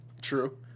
True